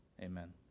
Amen